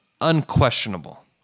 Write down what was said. unquestionable